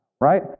right